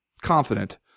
confident